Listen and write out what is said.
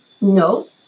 No